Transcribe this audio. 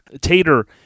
Tater